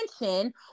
attention